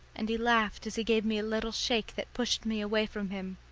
and he laughed as he gave me a little shake that pushed me away from him.